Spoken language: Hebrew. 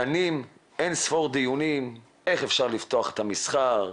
דנים אינספור דיונים איך אפשר לפתוח את המסחר,